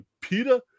Peter